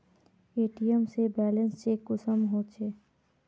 ATM से balance check कुंसम होचे?